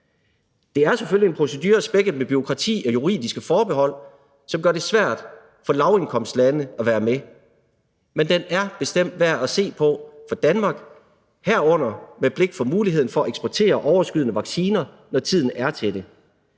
Det er selvfølgelig en procedure spækket med bureaukrati og juridiske forbehold, som gør det svært for lavindkomstlande at være med, men den er bestemt værd at se på for Danmark, herunder med blik for muligheden for at eksportere overskydende vacciner, når tiden er til det.